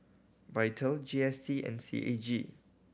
Vital G S T and C A G